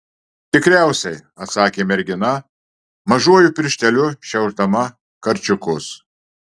tikriausiai atsakė mergina mažuoju piršteliu šiaušdama karčiukus